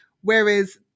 Whereas